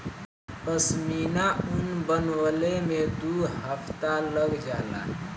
पश्मीना ऊन बनवले में दू हफ्ता लग जाला